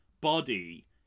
body